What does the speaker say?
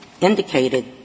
indicated —